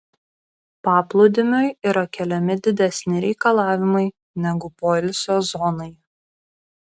paplūdimiui yra keliami didesni reikalavimai negu poilsio zonai